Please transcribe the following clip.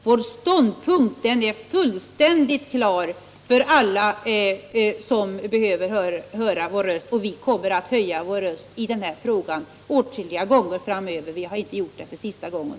Vår ståndpunkt är fullständigt klar för alla som behöver höra vår röst, och vi kommer på olika sätt att höja vår röst i den här frågan åtskilliga gånger — vi har inte gjort det för sista gången.